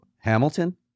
Hamilton